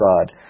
God